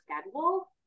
schedule